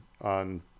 on